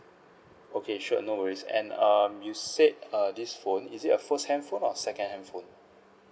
okay sure no worries and um you said err this phone is it your first handphone or second handphone